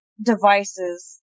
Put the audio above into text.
devices